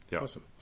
awesome